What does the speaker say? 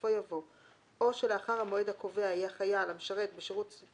בסופו יבוא "או שלאחר המועד הקובע היה חייל המשרת בצבא